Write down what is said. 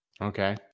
Okay